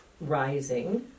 rising